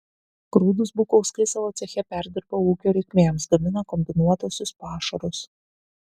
grūdus bukauskai savo ceche perdirba ūkio reikmėms gamina kombinuotuosius pašarus